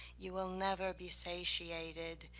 you will never be satiated,